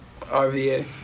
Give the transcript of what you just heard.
RVA